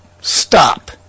Stop